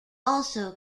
also